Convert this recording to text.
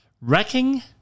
Wrecking